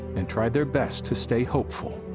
and tried their best to stay hopeful.